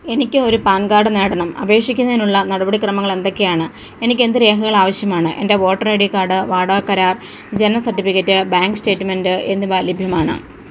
എനിക്ക് ഒരു PAN card നേടണം അപേക്ഷിക്കുന്നതിനുള്ള നടപടിക്രമങ്ങൾ എന്തൊക്കെയാണ് എനിക്ക് എന്ത് രേഖകൾ ആവശ്യമാണ് എന്റെ വോട്ടർ ഐ ഡീ ക്കാഡ് വാടകക്കരാർ ജനന സർട്ടിഫിക്കറ്റ് ബാങ്ക് സ്റ്റേറ്റ്മെൻറ്റ് എന്നിവ ലഭ്യമാണ്